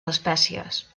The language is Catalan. espècies